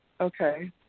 Okay